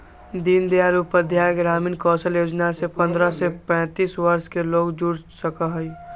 दीन दयाल उपाध्याय ग्रामीण कौशल योजना से पंद्रह से पैतींस वर्ष के लोग जुड़ सका हई